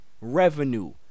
revenue